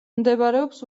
მდებარეობს